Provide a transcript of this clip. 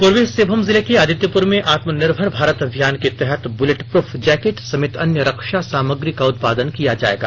पूर्वी सिंहभूम जिले के आदित्यपुर में आत्मनिर्भर भारत अभियान के तहत बुलेट प्रफ जैकेट समेत अन्य रक्षा सामग्री का उत्पादन किया जायेगा